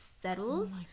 settles